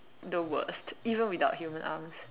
the worst even without human arms